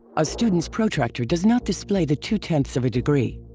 a student's protractor does not display the two tenths of a degree.